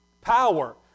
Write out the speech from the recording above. power